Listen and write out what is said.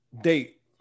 date